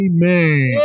Amen